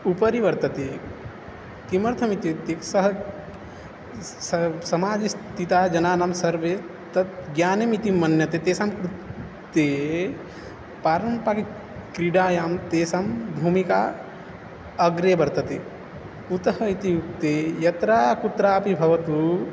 उपरि वर्तते किमर्थम् इत्युक्ते सः समाजे स्थितानां जनानां सर्वे तत् ज्ञानमिति मन्यते तेषां कृते पारम्परिकक्रीडायां तेषां भूमिका अग्रे वर्तते कुतः इत्युक्ते यत्र कुत्रापि भवतु